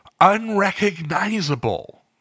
unrecognizable